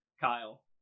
Kyle